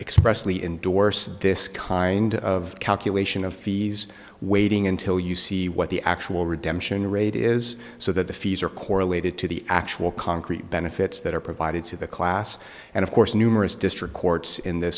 expressly endorsed this kind of calculation of fees waiting until you see what the actual redemption rate is so that the fees are correlated to the actual concrete benefits that are provided to the class and of course numerous district courts in th